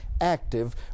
active